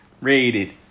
rated